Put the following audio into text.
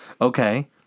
Okay